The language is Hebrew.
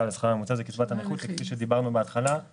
לשכר הממוצע זה קצבת הנכות וכפי שדיברנו בהתחלה,